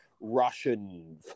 Russian